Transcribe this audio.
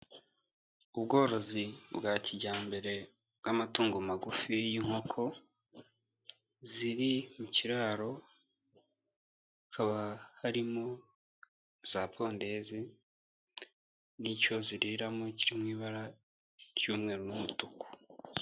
Ubworozi bwa kijyambere bw'amatungo magufi y'inkoko, ziri mu kiraro hakaba harimo za pondezi n'icyo ziriramo kiri mu ibara ry'umweru n'umutuku.